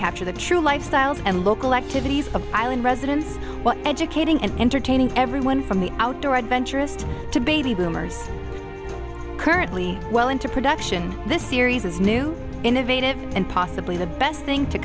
capture the true lifestyles and local activities of island residents educating and entertaining everyone from the outdoor adventurist to baby boomers currently well into production this series is new innovative and possibly the best thing to